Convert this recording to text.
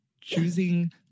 choosing